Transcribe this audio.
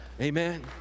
Amen